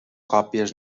còpies